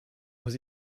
aux